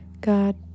God